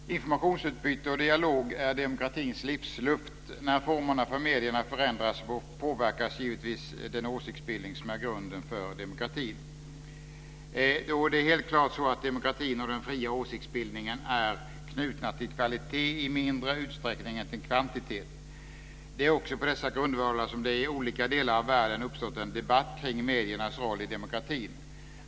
Fru talman! Informationsutbyte och dialog är demokratins livsluft. När formerna för medierna förändras påverkas givetvis den åsiktsbildning som är grunden för demokratin. Det är helt klart så att demokratin och den fria åsiktsbildningen är knutna till kvalitet i mindre utsträckning än till kvantitet. Det är också på dessa grundvalar som det i olika delar av världen uppstått en debatt kring mediernas roll i demokratin.